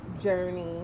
journey